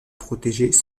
protégés